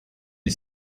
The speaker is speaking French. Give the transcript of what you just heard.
est